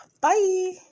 Bye